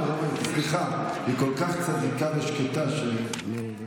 איפה היא?